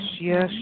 yes